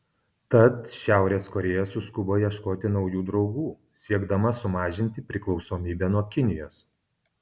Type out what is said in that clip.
tad šiaurės korėja suskubo ieškoti naujų draugų siekdama sumažinti priklausomybę nuo kinijos